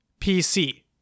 PC